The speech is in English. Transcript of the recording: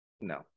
No